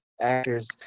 Actors